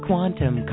Quantum